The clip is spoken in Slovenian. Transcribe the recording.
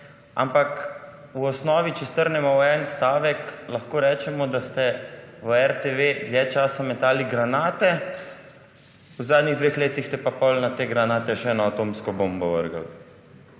Ampak v osnovi, če strnemo v en stavek, lahko rečemo, da ste v RTV dlje časa metali granate, v zadnjih dveh letih ste pa potem na te granate vrgli še eno atomsko bombo.